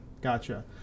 gotcha